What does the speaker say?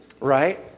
right